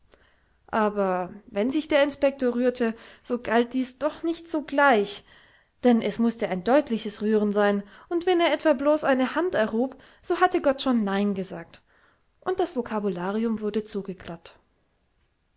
aber wenn sich der inspektor rührte so galt dies doch nicht sogleich denn es mußte ein deutliches rühren sein und wenn er etwa bloß eine hand erhob so hatte gott schon nein gesagt und das vocabularium wurde zugeklappt